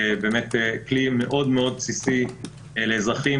באמת כלי מאוד מאוד בסיסי לאזרחים,